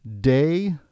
day